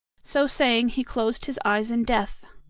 so saying he closed his eyes in death.